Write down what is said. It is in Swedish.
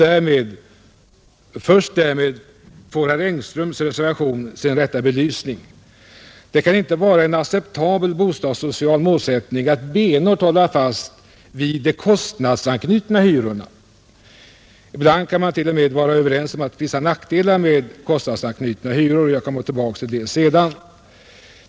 Först därmed får herr Engströms reservation sin rätta belysning. Det kan inte vara en acceptabel bostadssocial målsättning att benhårt hålla fast vid de kostnadsanknutna hyrorna. Ibland kan man t.o.m. vara överens om att det är vissa nackdelar med kostnadsanknutna hyror; jag kommer tillbaka till det sedan.